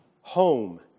Home